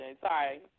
Sorry